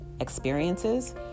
experiences